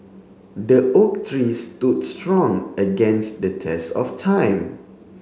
the oak tree stood strong against the test of time